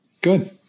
Good